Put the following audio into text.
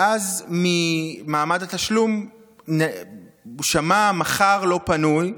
ואז במעמד התשלום הוא שמע: מחר לא פנוי.